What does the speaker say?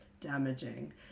damaging